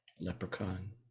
leprechaun